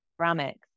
ceramics